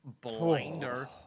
blinder